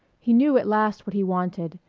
he knew at last what he wanted,